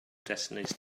destinies